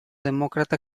demócrata